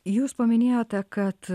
jūs paminėjote kad